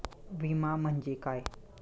विमा म्हणजे काय?